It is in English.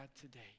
today